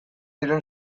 diren